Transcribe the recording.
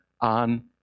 on